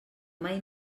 mai